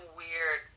weird